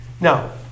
Now